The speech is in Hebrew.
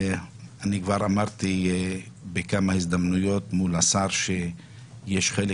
אני כבר אמרתי בכמה הזדמנויות מול השר שיש חלק